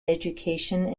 education